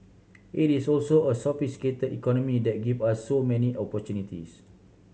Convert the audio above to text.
it is also a sophisticate economy that give us so many opportunities